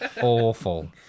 Awful